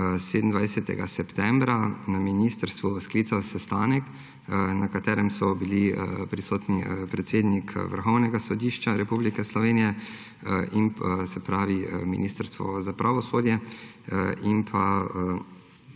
27. septembra na ministrstvu sklical sestanek, na katerem so bili prisotni predsednik Vrhovnega sodišča Republike Slovenije, Ministrstvo za pravosodje in pa